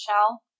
shell